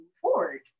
forward